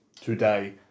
today